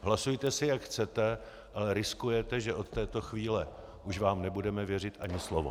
Hlasujte si jak chcete, ale riskujete, že od této chvíle už vám nebudeme věřit ani slovo.